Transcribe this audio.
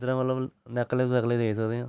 इद्धरा मतलब नेकलैस वेकलैस लेई सकदे